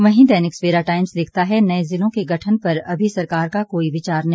वहीं दैनिक सवेरा टाइम्स लिखता है नए जिलों के गठन पर अभी सरकार का कोई विचार नहीं